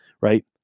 right